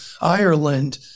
Ireland